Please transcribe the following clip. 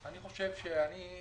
אני חושב שאני,